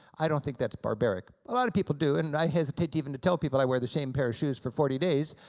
i don't think that's barbaric. a lot of people do, and and i hesitate even to tell people i wear the same pair of shoes for forty days.